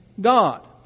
God